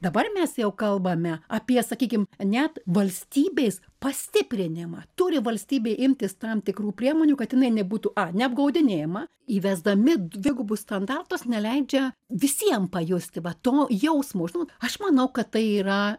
dabar mes jau kalbame apie sakykim net valstybės pastiprinimą turi valstybė imtis tam tikrų priemonių kad jinai nebūtų a neapgaudinėjama įvesdami dvigubus standartus neleidžia visiem pajusti va to jausmo žinot aš manau kad tai yra